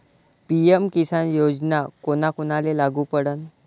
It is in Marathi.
पी.एम किसान योजना कोना कोनाले लागू पडन?